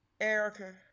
Erica